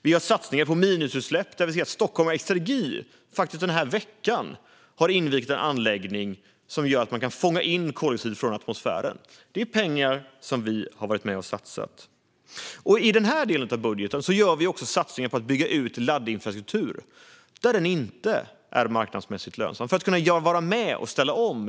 Vi gör satsningar på minusutsläpp, där Stockholm Exergi faktiskt den här veckan har invigt en anläggning som gör att man kan fånga in koldioxid från atmosfären. Det är pengar som vi har varit med och satsat. I den här delen av budgeten gör vi också satsningar på att bygga ut laddinfrastrukturen där den inte är marknadsmässigt lönsam för att man ska kunna vara med och ställa om.